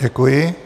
Děkuji.